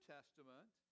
Testament